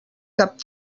cap